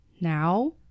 Now